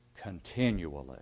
continually